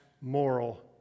moral